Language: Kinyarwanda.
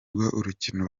urukino